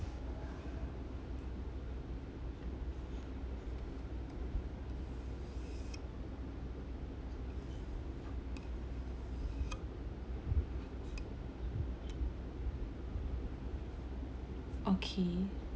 okay